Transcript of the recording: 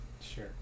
Sure